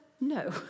No